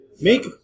Make